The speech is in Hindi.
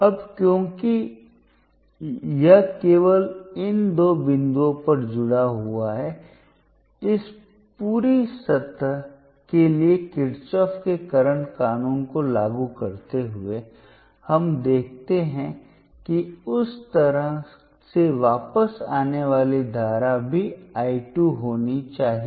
अब क्योंकि यह केवल इन दो बिंदुओं पर जुड़ा हुआ है इस पूरी सतह के लिए किरचॉफ के करंट कानून को लागू करते हुए हम देखते हैं कि उस तरह से वापस आने वाली धारा भी I 2 होनी चाहिए